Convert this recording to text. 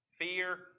Fear